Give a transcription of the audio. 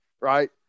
Right